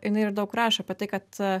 jinai ir daug rašo apie tai kad